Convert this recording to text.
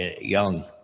young